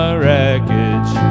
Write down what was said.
wreckage